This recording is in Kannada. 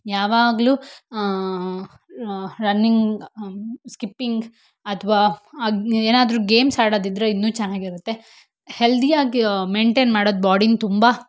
ಯಾವಾಗಲೂ ರನ್ನಿಂಗ್ ಸ್ಕಿಪ್ಪಿಂಗ್ ಅಥವಾ ಅದು ಏನಾದರೂ ಗೇಮ್ಸ್ ಆಡೋದಿದ್ದರೆ ಇನ್ನೂ ಚೆನ್ನಾಗಿರುತ್ತೆ ಹೆಲ್ದಿಯಾಗಿ ಮೈಂಟೈನ್ ಮಾಡೋದು ಬಾಡಿನ ತುಂಬ